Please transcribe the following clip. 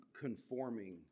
conforming